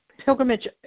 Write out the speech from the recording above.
pilgrimage